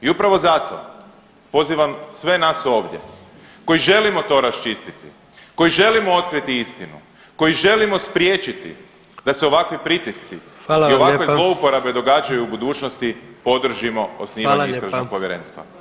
I upravo zato pozivam sve nas ovdje koji želimo to raščistiti, koji želimo otkriti istinu, koji želimo spriječiti da se ovakvi pritisci i ovakve zlouporabe [[Upadica predsjednik: Hvala vam lijepa.]] događaju u budućnosti podržimo osnivanje istražnog povjerenstva.